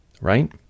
right